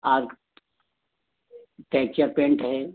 arc texture paint है